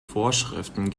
vorschriften